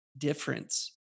difference